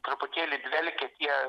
truputėlį dvelkė tie